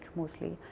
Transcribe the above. mostly